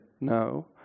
No